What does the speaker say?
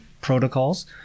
protocols